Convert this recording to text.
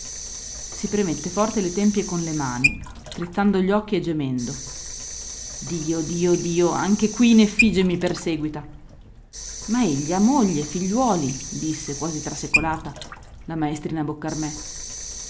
si premette forte le tempie con le mani strizzando gli occhi e gemendo dio dio dio anche qui in effigie mi perseguita ma egli ha moglie figliuoli disse quasi trasecolata la maestrina boccarmè la